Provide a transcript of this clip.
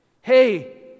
Hey